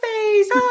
face